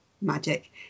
magic